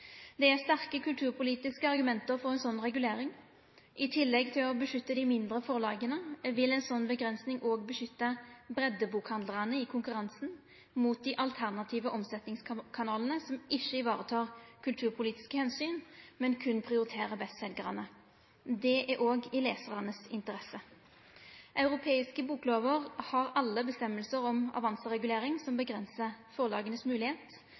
Det er sterke kulturpolitiske argument for ei slik regulering. I tillegg til å beskytte dei mindre forlaga vil ei slik avgrensing òg beskytte breiddebokhandlarane i konkurransen mot dei alternative omsetningskanalane som ikkje varetek kulturpolitiske omsyn, men berre prioriterer bestseljarane. Det er òg i lesaranes interesse. Europeiske boklover har alle vedtak om avanseregulering som avgrensar forlagas